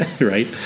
right